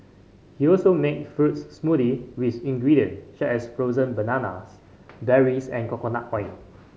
he also makes fruit smoothies with ingredient such as frozen bananas berries and coconut oil